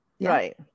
Right